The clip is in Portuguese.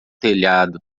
telhado